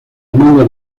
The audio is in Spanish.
demanda